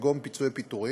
כגון פיצויי פיטורים,